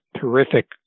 terrific